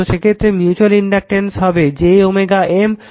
তো সেক্ষেত্রে mutual inductance হবে j M ও এটা হবে j L1 j